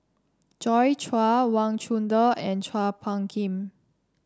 Joi Chua Wang Chunde and Chua Phung Kim